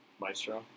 Maestro